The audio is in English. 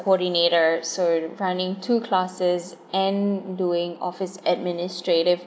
coordinator so running two classes and doing office administrative